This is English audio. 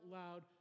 loud